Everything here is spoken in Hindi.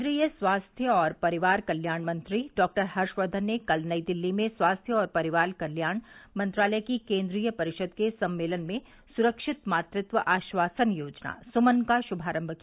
केन्द्रीय स्वास्थ्य और परिवार कल्याण मंत्री डॉक्टर हर्षवर्धन ने कल नई दिल्ली में स्वास्थ्य और परिवार कल्याण मंत्रालय की केन्द्रीय परिषद के सम्मेलन में सुरक्षित मातृत्व आश्वासन योजना सुमन का शुभारंभ किया